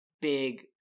big